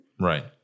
Right